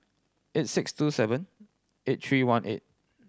eight six two seven eight three one eight